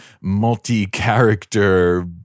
multi-character